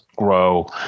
grow